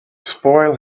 spoil